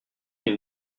une